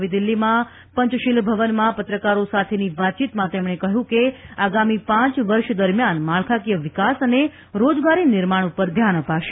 નવી દીલ્હીમાં પંચશીલ ભવનમાં પત્રકારો સાથેની વાતચીતમાં તેમણે કહ્યું કે આગામી પાંચ વર્ષ દરમિયાન માળખાંકિય વિકાસ અને રોજગારી નિર્માણ પર ધ્યાન અપાશે